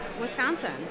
Wisconsin